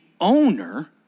owner